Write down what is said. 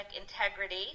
integrity